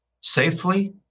safely